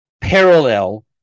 parallel